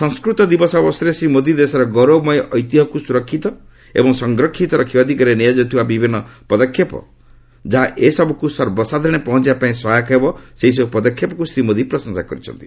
ସଂସ୍କୃତ ଦିବସ ଅବସରରେ ଶ୍ରୀ ମୋଦି ଦେଶର ଗୌରବମୟ ଐତିହ୍ୟକ୍ ସ୍ୱରକ୍ଷିତ ଏବଂ ସଂରକ୍ଷିତ ରଖିବା ଦିଗରେ ନିଆଯାଉଥିବା ବିଭିନ୍ନ ପଦକ୍ଷେପ ଯାହା ଏସବୃକ୍ତ ସର୍ବସାଧାରଣରେ ପହଞ୍ଚବା ପାଇଁ ସହାୟକ ହେବ ସେହିସବ୍ଧ ପଦକ୍ଷେପକ୍ତ ଶ୍ରୀ ମୋଦି ପ୍ରଶଂସା କରିଛନ୍ତି